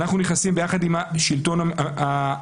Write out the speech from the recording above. אנחנו נכנסים ביחד עם השלטון המקומי,